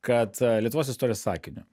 kad lietuvos istorija sakiniu